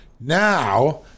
Now